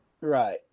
Right